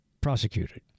prosecuted